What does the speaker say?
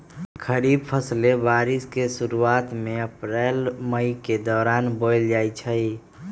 खरीफ फसलें बारिश के शुरूवात में अप्रैल मई के दौरान बोयल जाई छई